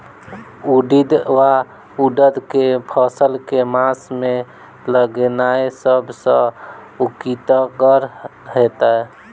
उड़ीद वा उड़द केँ फसल केँ मास मे लगेनाय सब सऽ उकीतगर हेतै?